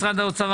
משרד האוצר,